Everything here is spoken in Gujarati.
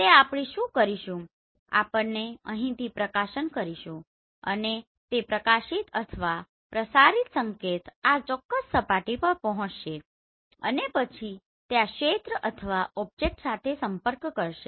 તો આપણે શું કરીશું આપણે અહીંથી પ્રકાશન કરીશું અને તે પ્રકાશિત અથવા પ્રસારિત સંકેત આ ચોક્કસ સપાટી પર પહોંચશે અને પછી તે આ ક્ષેત્ર અથવા ઓબ્જેક્ટ સાથે સંપર્ક કરશે